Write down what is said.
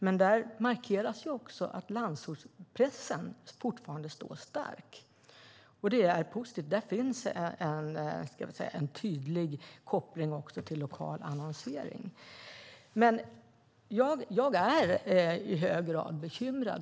Men där markeras också att landsortspressen fortfarande står stark, och det är positivt. Där finns en tydlig koppling också till lokal annonsering. Jag är i hög grad bekymrad.